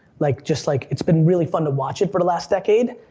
like just like, it's been really fun to watch it for the last decade,